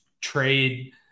trade